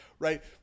Right